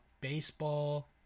Baseball